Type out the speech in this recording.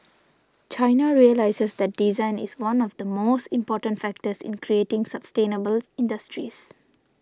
China realises that design is one of the most important factors in creating sustainable industries